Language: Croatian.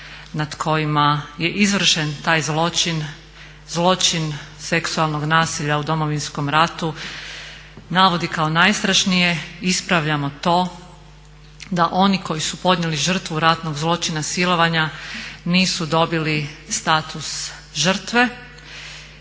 nad kojima je izvršen taj zločin, zločin seksualnog nasilja u Domovinskom ratu navodi kao najstrašnije ispravljamo to, da oni koji su podnijeli žrtvu ratnog zločina silovanja nisu dobili status žrtve.